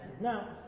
Now